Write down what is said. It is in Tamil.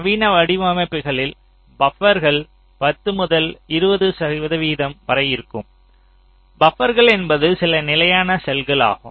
நவீன வடிவமைப்புகளில் பபர்கள் 10 முதல் 20 சதவிகிதம் வரை இருக்கும் பபர்கள் என்பது சில நிலையான செல்கள் ஆகும்